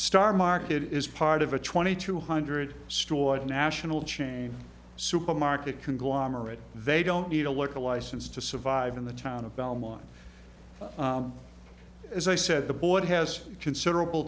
star market is part of a twenty two hundred stores national chain supermarket conglomerate they don't need a liquor license to survive in the town of belmont as i said the board has considerable